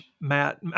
Matt